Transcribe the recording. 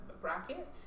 bracket